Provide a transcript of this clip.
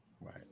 Right